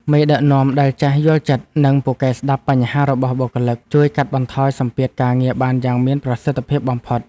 មេដឹកនាំដែលចេះយល់ចិត្តនិងពូកែស្ដាប់បញ្ហារបស់បុគ្គលិក ជួយកាត់បន្ថយសម្ពាធការងារបានយ៉ាងមានប្រសិទ្ធភាពបំផុត។